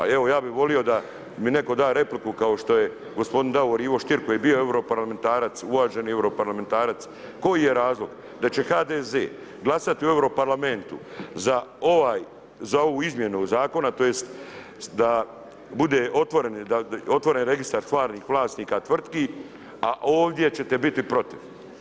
A evo ja bi volio da mi neko da repliku kao što je gospodin Davor Ivo Stier koji je bio europarlamentarac, uvaženi europarlamentarac koji će razlog da će HDZ glasati u europarlamentu za ovu izmjenu zakona tj. da bude otvoren registar stvarnih vlasnika tvrtki, a ovdje ćete biti protiv.